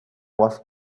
was